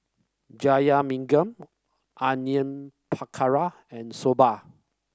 Jajangmyeon Onion Pakora and Soba